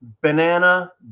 banana